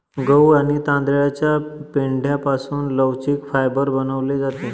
गहू आणि तांदळाच्या पेंढ्यापासून लवचिक फायबर बनवले जाते